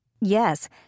Yes